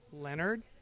Leonard